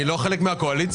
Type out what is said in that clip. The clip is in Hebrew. אני לא חלק מהקואליציה?